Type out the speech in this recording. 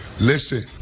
Listen